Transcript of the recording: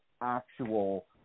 actual